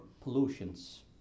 pollutions